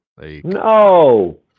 No